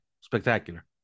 spectacular